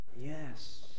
Yes